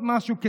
עוד משהו,